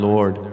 Lord